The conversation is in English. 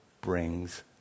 brings